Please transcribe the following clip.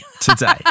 today